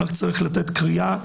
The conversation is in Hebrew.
רק צריך לתת קריאה,